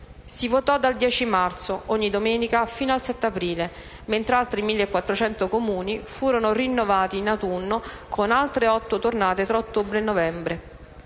Si votò dal 10 marzo, ogni domenica, fino al 7 aprile, mentre altri 1.400 comuni furono rinnovati in autunno, con altre otto tornate tra ottobre e novembre.